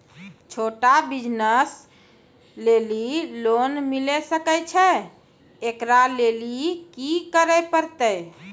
छोटा बिज़नस लेली लोन मिले सकय छै? एकरा लेली की करै परतै